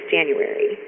January